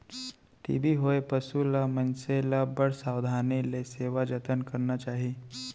TB होए पसु ल, मनसे ल बड़ सावधानी ले सेवा जतन करना चाही